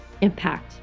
impact